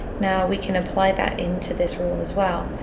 now, we can apply that into this rule as well.